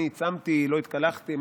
אני צמתי, לא התקלחתי.